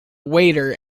waiter